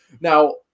Now